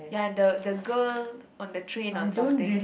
ya and the the girl on the train or something